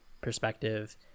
perspective